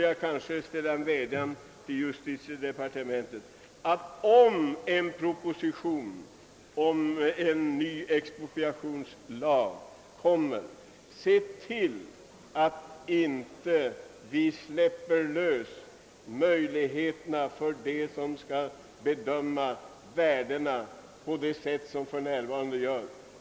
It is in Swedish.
Jag vill rikta en vädjan till justitiedepartementet att man, om en propo sition med förslag till ny expropriationslag skall framläggas, ser till att vi inte ger dem som skall fastställa värdena samma vida möjligheter som de för närvarande har.